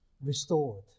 Restored